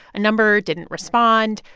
a number didn't respond.